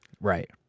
Right